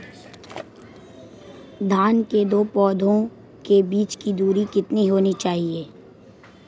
धान के दो पौधों के बीच की दूरी कितनी होनी चाहिए?